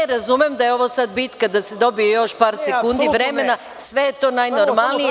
Razumem da je ovo sada bitka da se dobije još par sekundi vremena, sve je to najnormalnije.